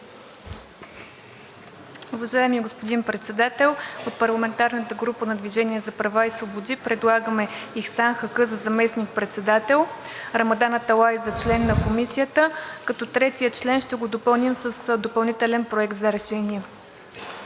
Уважаеми господин Председател! От парламентарната група „Движение за права и свободи“ предлагаме Ихсан Хаккъ за заместник-председател, Рамадан Аталай за член на Комисията, като третият член ще го допълним с допълнителен проект за решение.